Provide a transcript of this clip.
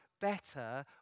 better